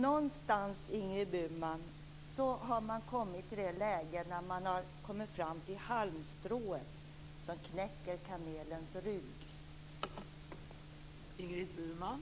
Någonstans, Ingrid Burman, har man kommit fram till läget med halmstrået som knäcker kamelens rygg.